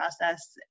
process